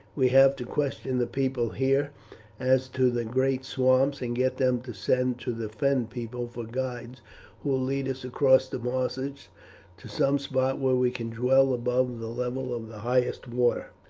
we have to question the people here as to the great swamps, and get them to send to the fen people for guides who will lead us across the marshes to some spot where we can dwell above the level of the highest waters.